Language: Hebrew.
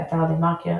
באתר TheMarker,